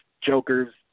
Joker's